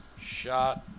shot